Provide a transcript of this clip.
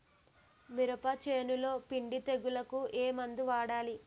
మినప చేనులో పిండి తెగులుకు ఏమందు వాడాలి?